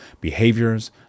behaviors